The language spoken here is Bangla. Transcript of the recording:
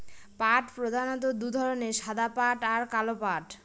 পাট প্রধানত দু ধরনের সাদা পাট আর কালো পাট